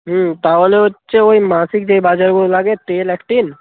হুম তাহলে হচ্ছে ওই মাসিক যে বাজারগুলো লাগে তেল এক টিন